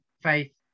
faith